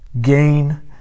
gain